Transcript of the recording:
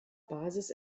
basis